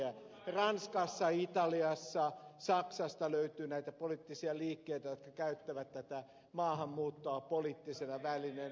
ranskasta italiasta ja saksasta löytyy näitä poliittisia liikkeitä jotka käyttävät tätä maahanmuuttoa poliittisena välineenä